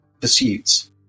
pursuits